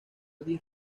diez